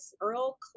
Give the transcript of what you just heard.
earl